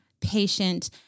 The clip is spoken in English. patient